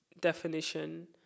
definition